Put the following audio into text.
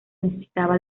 necesitaba